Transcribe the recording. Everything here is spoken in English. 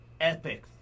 epic